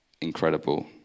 incredible